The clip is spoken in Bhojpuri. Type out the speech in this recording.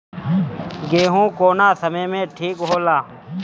गेहू कौना समय मे ठिक होला?